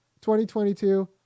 2022